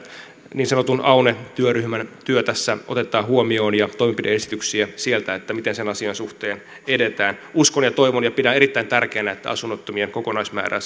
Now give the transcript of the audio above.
niin sanotun aune työryhmän työ tässä otetaan huomioon ja toimenpide esityksiä sieltä miten sen asian suhteen edetään uskon ja toivon ja pidän erittäin tärkeänä että asunnottomien kokonaismäärää